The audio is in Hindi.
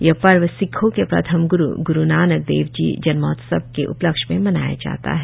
यह पर्व सिक्खों के प्रथम ग्रु ग्रुनाक देव जी जन्मोत्सव के उपलक्ष में मनाया जाता है